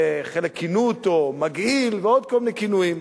וחלק כינו אותו "מגעיל", ועוד כל מיני כינויים.